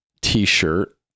t-shirt